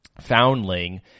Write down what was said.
foundling